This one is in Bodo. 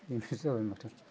जाबाय माथो